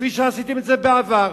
כפי שעשיתם בעבר,